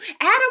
Adam